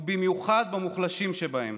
ובמיוחד במוחלשים שבהם.